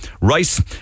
rice